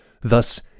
Thus